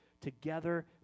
together